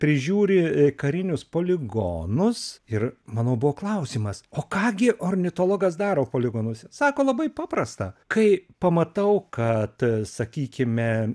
prižiūri karinius poligonus ir mano buvo klausimas o ką gi ornitologas daro poligonuose sako labai paprasta kai pamatau kad sakykime